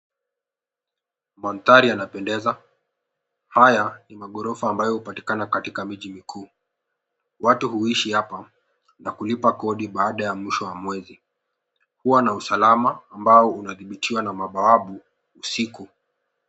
Mandhari yanapendeza. Haya ni magorofa ambayo upatikana katika miji miku. Watu huishi hapa na kulipa kodi baada ya mwisho wa mwezi. Hua na usalama ambao unadhibitishwa na mabawabu usiku.